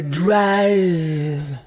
drive